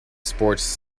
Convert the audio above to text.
sports